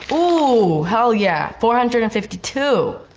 ooh, hell yeah, four hundred and fifty two.